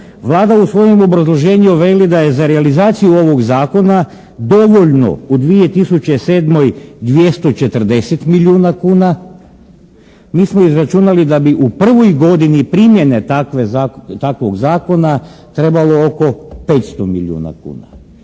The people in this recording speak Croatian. Vlada u svojem obrazloženju veli da je za realizaciju ovog zakona dovoljno u 2007. 240 milijuna kuna. Mi smo izračunali da bi u prvoj godini primjene takvog zakona trebalo oko 500 milijuna kuna.